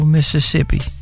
Mississippi